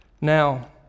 Now